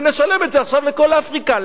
ונשלם את זה עכשיו לכל אפריקה.